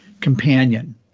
companion